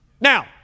Now